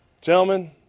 Gentlemen